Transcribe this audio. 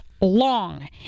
long